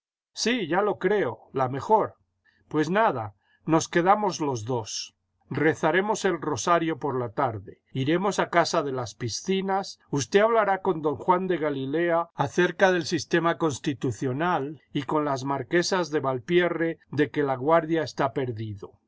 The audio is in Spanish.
sí lya lo creo la mejor pues nada nos quedamos los dos rezaremos el rosario por la tarde iremos a casa de las piscinas usted hablará con don juan de galilea acerca del sistema constitucional y con las marquesas de valpierre de que laguardia está perdido